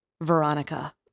Veronica